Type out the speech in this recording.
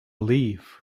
leave